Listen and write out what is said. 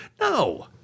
No